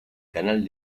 canal